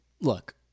look